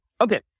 Okay